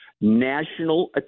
national